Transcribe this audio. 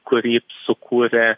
kurį sukūrė